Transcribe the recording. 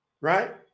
right